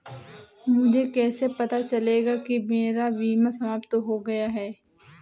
मुझे कैसे पता चलेगा कि मेरा बीमा समाप्त हो गया है?